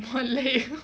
很累